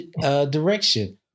direction